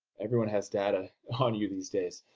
everyone has data on you these days.